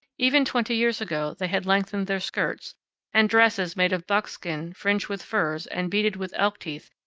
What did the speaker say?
even twenty years ago they had lengthened their skirts and dresses, made of buckskin, fringed with furs, and beaded with elk teeth,